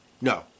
No